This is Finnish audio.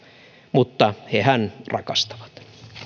mutta hehän rakastavat